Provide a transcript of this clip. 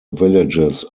villages